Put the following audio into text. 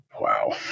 Wow